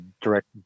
direct